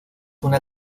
una